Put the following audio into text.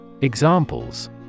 Examples